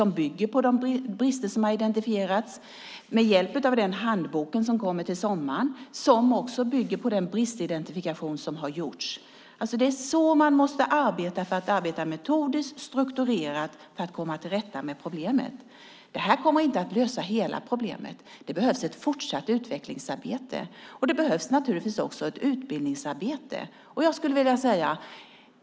Man får också hjälp av den handbok som kommer till sommaren som också bygger på den identifiering av brister som har gjorts. Man måste arbeta metodiskt och strukturerat för att komma till rätta med problemen. Det kommer inte att lösa hela problemet. Det behövs ett fortsatt utvecklingsarbete och naturligtvis också ett utbildningsarbete.